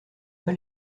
pas